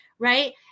Right